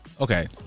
Okay